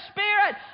Spirit